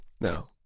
No